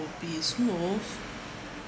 to be smooth